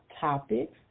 Topics